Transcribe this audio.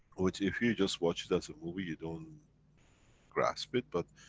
which if you just watch it as a movie, you don't grasp it, but,